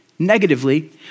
negatively